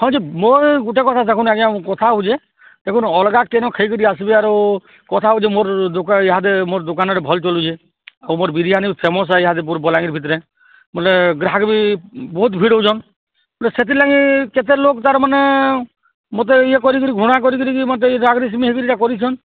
ହଁ ଯେ ମୋର୍ ଗୋଟେ କଥା ଦେଖନ୍ତୁ ଆଜ୍ଞା କଥା ହଉଚେ ଦେଖନ୍ତୁ ଅଲଗା କେନ ଖାଇକରି ଆସିବି ଆରୁ କଥା ହେଉଛେ ମୋର ଇହାଦେ ମୋର ଦୋକାନରେ ଭଲ୍ ଚାଲୁଛେ ଆଉ ମୋର ବିରିୟାନୀ ବି ଫେମସ୍ ଆଜ୍ଞା ପୁରା ବଲାଙ୍ଗୀର ଭିତରେ ବୋଲେ ଗ୍ରାହକ ବି ବହୁତ ଭିଡ଼ ହଉଛନ୍ ସେଥିଲାଗି କେତେ ଲୋକ ତାର ମାନେ ମୋତେ ଇଏ କରିକିରି ଘୃଣା କରିକି ମୋତେ ରାଗିକରି ସିମିତି ହେନ କରିଛନ୍